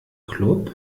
club